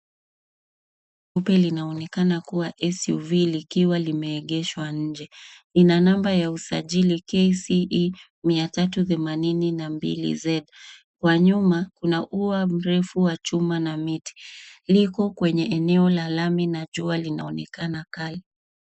Nyeupe linaonekana kuwa SUV likiwa limeegeshwa nje. Ina namba ya usajili KCE 383Z. Kwa nyuma kuna ua mrefu wa chuma na miti. Liko kwenye eneo la lami na jua linaonekana kali